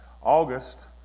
August